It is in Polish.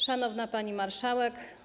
Szanowna Pani Marszałek!